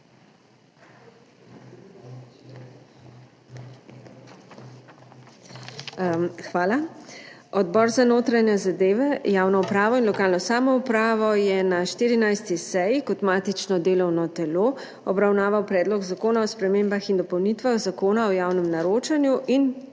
Hvala. Odbor za notranje zadeve, javno upravo in lokalno samoupravo je na 14. seji kot matično delovno telo obravnaval Predlog zakona o spremembah in dopolnitvah Zakona o javnem naročanju na